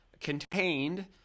contained